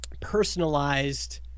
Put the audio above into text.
personalized